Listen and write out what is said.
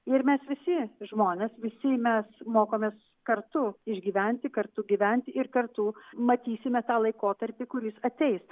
ir mes visi žmonės visi mes mokomės kartu išgyventi kartu gyventi ir kartu matysime tą laikotarpį kuris ateis